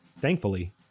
Thankfully